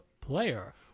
player